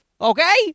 okay